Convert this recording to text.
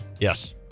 Yes